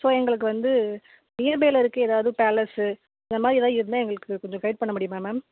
so எங்களுக்கு வந்து நியர்பையில் இருக்கற ஏதாவது பேலஸ்ஸு இந்த மாதிரி ஏதாவது இருந்தால் எங்களுக்கு கொஞ்சம் கைட் பண்ண முடியுமா மேம்